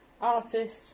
artist